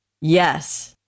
Yes